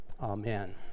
Amen